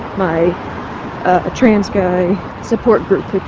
my ah trans-guy support group.